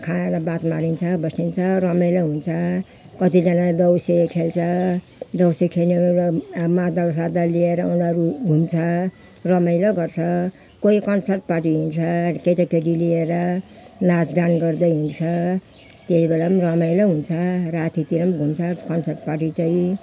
खाएर बात मारिन्छ बसिन्छ रमाइलो हुन्छ कतिजना देउसी खेल्छ देउसी खेलेर मादल सादल लिएर उनीहरू घुम्छ रमाइलो गर्छ कोही कन्सर्टपट्टि हिँड्छ केटा केटी लिएर नाच गान गर्दै हिँड्छ त्यति बेला पनि रमाइलो हुन्छ रातितिर पनि घुम्छ कन्सर्ट पार्टी चाहिँ